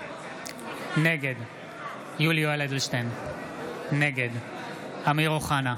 נגד יולי יואל אדלשטיין, נגד אמיר אוחנה,